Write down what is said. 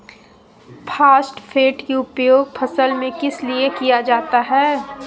Phosphate की उपयोग फसल में किस लिए किया जाता है?